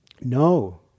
No